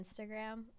instagram